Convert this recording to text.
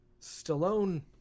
Stallone